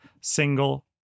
single